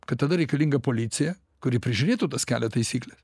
kad tada reikalinga policija kuri prižiūrėtų tas kelio taisykles